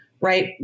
right